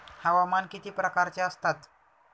हवामान किती प्रकारचे असतात?